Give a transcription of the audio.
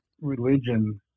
religion